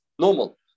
normal